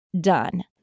done